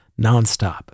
nonstop